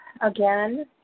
again